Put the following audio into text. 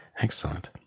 Excellent